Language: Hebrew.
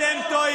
נבין שאתם טועים,